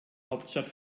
hauptstadt